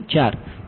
4 સાચું છે